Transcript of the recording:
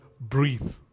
breathe